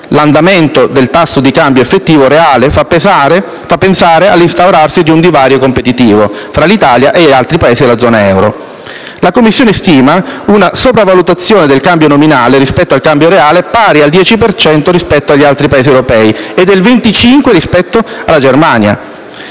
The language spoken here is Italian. «L'andamento del tasso di cambio effettivo reale fa pensare all'instaurarsi di un divario competitivo (...) fra l'Italia e altri Paesi della zona euro». La Commissione stima una sopravvalutazione del cambio nominale rispetto al cambio reale pari al 10 per cento rispetto agli altri Paesi europei e del 25 per cento rispetto alla Germania.